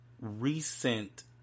recent